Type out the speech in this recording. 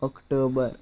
October